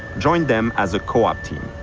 join them as a co-op team.